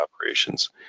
operations